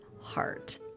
heart